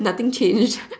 nothing change